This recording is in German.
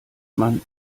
man